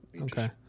Okay